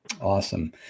Awesome